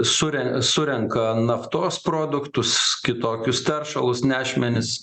sure surenka naftos produktus kitokius teršalus nešmenis